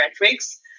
metrics